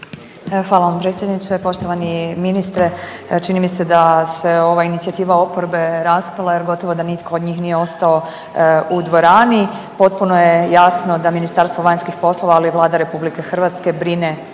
Hvala vam predsjedniče. Poštovani ministre, čini mi se da se ova inicijativa oporbe raspala jer gotovo da nitko od njih nije ostao u dvorani. Potpuno je jasno da Ministarstvo vanjskih poslova, ali i Vlada RH brine o Hrvatima